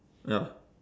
ya